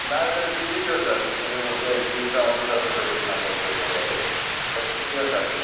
नाही तरी किती दिवस जातील तुम्ही बोलताय एक दिवसामध्ये सगळं भेटेल नंबर प्लेट वगैरे तर किती दिवस जातील